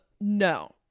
no